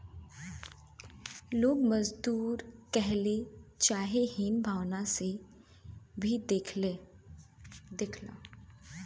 लोग मजदूर कहके चाहे हीन भावना से भी देखेला